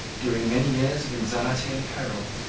during many years of anxiety and peril,